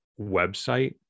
website